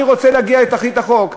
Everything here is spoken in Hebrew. אני רוצה להגיע לתכלית החוק.